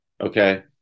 Okay